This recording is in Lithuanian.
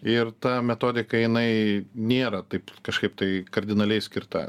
ir ta metodika jinai nėra taip kažkaip tai kardinaliai skirta